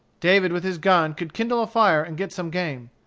david with his gun could kindle a fire and get some game.